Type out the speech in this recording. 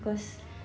cause